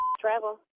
Travel